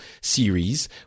series